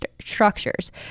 structures